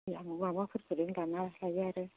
लां माबाफोरखौनो दान्नासो लायो आरो